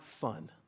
fun